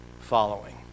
following